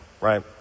right